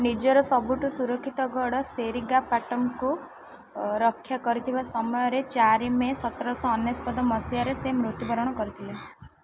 ନିଜର ସବୁଠୁ ସୁରକ୍ଷିତ ଗଡ଼ ସେରିଙ୍ଗାପାଟମ୍କୁ ରକ୍ଷା କରୁଥିବା ସମୟରେ ଚାରି ମେ ସତର ଶହ ଅନେଶ୍ୱତ ମସିହାରେ ସେ ମୃତ୍ୟୁବରଣ କରିଥିଲେ